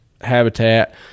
habitat